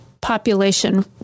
population